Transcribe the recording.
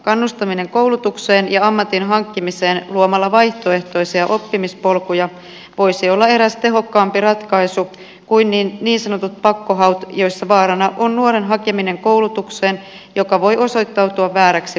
kannustaminen koulutukseen ja ammatin hankkimiseen luomalla vaihtoehtoisia oppimispolkuja voisi olla eräs tehokkaampi ratkaisu kuin niin sanotut pakkohaut joissa vaarana on nuoren hakeminen koulutukseen joka voi osoittautua vääräksi valinnaksi